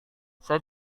saya